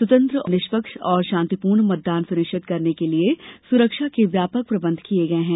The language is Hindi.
स्वतंत्र निष्पक्ष और शांतिपूर्ण मतदान सुनिश्चित करने के लिए सुरक्षा के व्यापक प्रबंध किए गए हैं